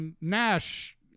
Nash